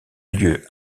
lieu